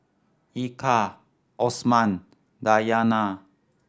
Eka Osman Dayana